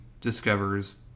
discovers